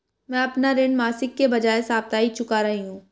मैं अपना ऋण मासिक के बजाय साप्ताहिक चुका रही हूँ